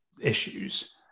issues